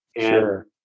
Sure